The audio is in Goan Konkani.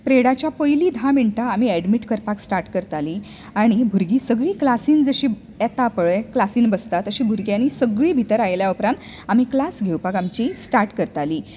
प्रियेडाच्या धा मिण्टां आमी एडमीट करपाक स्टार्ट करतालीं आनी भुरगीं जशीं क्लासीन जशीं येता पळय क्लासिन बसता तशीं भुरग्यांनी सगळीं भितर आयल्या उपरांत आमी क्लास घेवपाक आमची स्टार्ट करतालीं